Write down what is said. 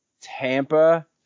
tampa